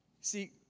See